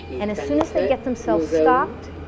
and as soon as they get themselves stopped,